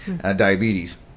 diabetes